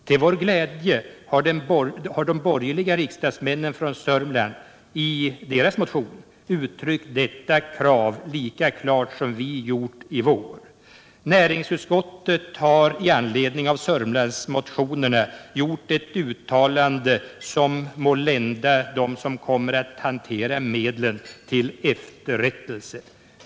Till vår glädje har de borgerliga riksdagsmännen från Sörmland i sin motion uttryckt detta krav lika klart som vi gjort i vår. Näringsutskottet har i anledning av Sörmlandsmotionerna gjort ett uttalande som må lända dem till efterrättelse som kommer att hantera medlen.